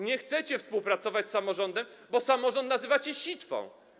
Nie chcecie współpracować z samorządem, bo samorząd nazywacie sitwą.